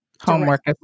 Homework